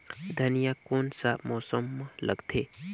धनिया कोन सा मौसम मां लगथे?